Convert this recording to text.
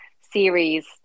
series